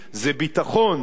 זה ביטחון,